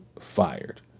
fired